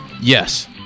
Yes